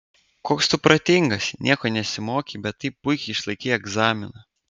koks tu protingas nieko nesimokei bet taip puikiai išlaikei egzaminą